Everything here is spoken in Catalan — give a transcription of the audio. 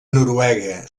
noruega